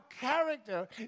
character